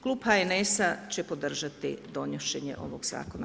Klub HNS-a će podržati donošenje ovog zakona.